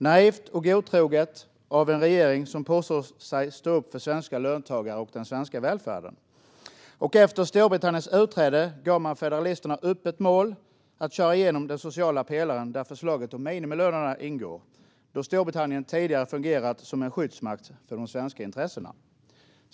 Naivt och godtroget av en regering som påstår sig stå upp för svenska löntagare och den svenska välfärden. Efter Storbritanniens utträde gav man federalisterna öppet mål att köra igenom den sociala pelaren, där förslaget om minimilöner ingår, då Storbritannien tidigare fungerat som en skyddsmakt för de svenska intressena.